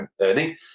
earning